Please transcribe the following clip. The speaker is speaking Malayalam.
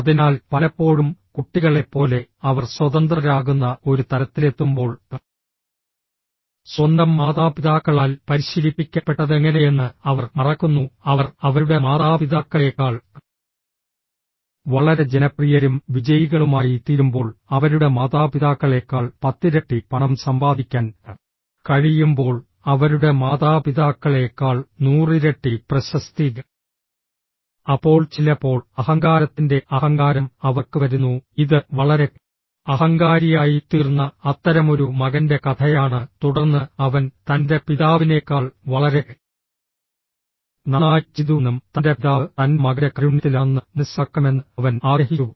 അതിനാൽ പലപ്പോഴും കുട്ടികളെപ്പോലെ അവർ സ്വതന്ത്രരാകുന്ന ഒരു തലത്തിലെത്തുമ്പോൾ സ്വന്തം മാതാപിതാക്കളാൽ പരിശീലിപ്പിക്കപ്പെട്ടതെങ്ങനെയെന്ന് അവർ മറക്കുന്നു അവർ അവരുടെ മാതാപിതാക്കളേക്കാൾ വളരെ ജനപ്രിയരും വിജയികളുമായിത്തീരുമ്പോൾ അവരുടെ മാതാപിതാക്കളേക്കാൾ പത്തിരട്ടി പണം സമ്പാദിക്കാൻ കഴിയുമ്പോൾ അവരുടെ മാതാപിതാക്കളേക്കാൾ നൂറിരട്ടി പ്രശസ്തി അപ്പോൾ ചിലപ്പോൾ അഹങ്കാരത്തിന്റെ അഹങ്കാരം അവർക്ക് വരുന്നു ഇത് വളരെ അഹങ്കാരിയായിത്തീർന്ന അത്തരമൊരു മകന്റെ കഥയാണ് തുടർന്ന് അവൻ തൻ്റെ പിതാവിനേക്കാൾ വളരെ നന്നായി ചെയ്തുവെന്നും തൻ്റെ പിതാവ് തൻ്റെ മകൻ്റെ കാരുണ്യത്തിലാണെന്ന് മനസ്സിലാക്കണമെന്ന് അവൻ ആഗ്രഹിച്ചു